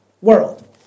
world